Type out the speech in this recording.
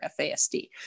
FASD